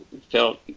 felt